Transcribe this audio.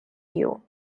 you